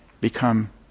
become